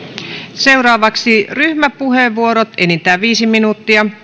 seuraavaksi ryhmäpuheenvuorot enintään viisi minuuttia